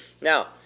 Now